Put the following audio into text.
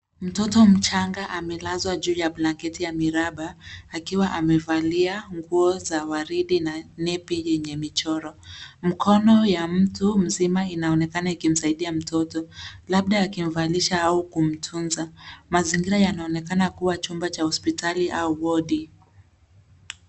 Mtoto mchanga amelazwa juu ya blanketi ya miraba akiwa amevalia nguo za waridi na nevi yenye michoro. Mikono ya mtu mzima inaonekana ikimsaidia mtoto labda akimvalisha au kumtunza. Mazingira yanaonekana kuwa chumba cha hospitali au wodi.